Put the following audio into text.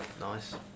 Nice